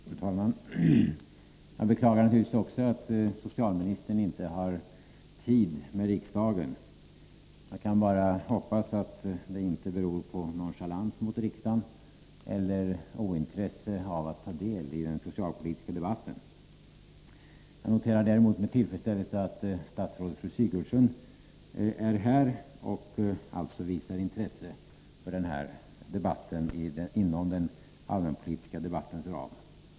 Fru talman! Även jag beklagar naturligtvis att socialministern inte har tid med riksdagen. Jag kan bara hoppas på att det inte beror på nonchalans mot riksdagen eller ointresse av att ta del av den socialpolitiska debatten. Däremot noterar jag med tillfredsställelse att statsrådet Gertrud Sigurdsen är närvarande och alltså visar intresse för den här debatten inom den allmänpolitiska debattens ram.